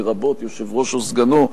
לרבות יושב-ראש או סגנו,